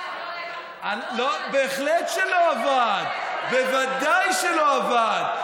בהחלט לא עבד, בוודאי לא עבד.